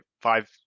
five